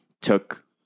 took